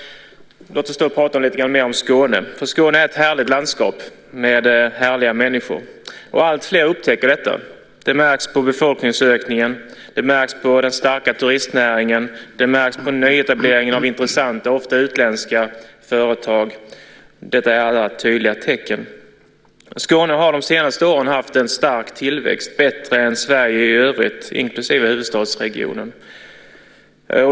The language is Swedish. Låt oss prata lite mer om Skåne. Skåne är ett härligt landskap med härliga människor, vilket alltfler upptäcker. Det märks på befolkningsökningen, på den starka turistnäringen, på nyetableringen av intressanta - ofta utländska - företag. De är alla tydliga tecken. Skåne har de senaste åren haft en stark tillväxt - bättre än Sverige i övrigt, inklusive huvudstadsregionen.